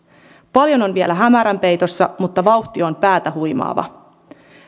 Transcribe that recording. paljon on vielä hämärän peitossa mutta vauhti on päätä huimaava